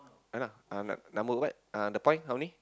uh nah uh number what the point how many